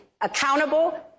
accountable